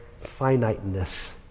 finiteness